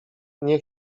nie